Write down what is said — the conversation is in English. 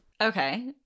Okay